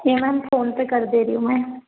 ये ma'am PhonePe कर दे रही हूँ मैं